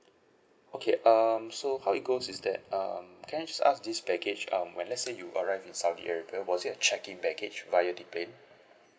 okay um so how it goes is that um can I just ask this baggage um when let's say you arrived in saudi arabia was it a checked in baggage via the plane